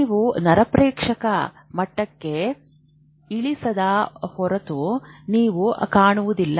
ನೀವು ನರಪ್ರೇಕ್ಷಕ ಮಟ್ಟಕ್ಕೆ ಇಳಿಸದ ಹೊರತು ನೀವು ಕಾಣುವುದಿಲ್ಲ